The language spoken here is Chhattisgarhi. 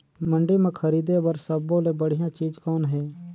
मंडी म खरीदे बर सब्बो ले बढ़िया चीज़ कौन हे?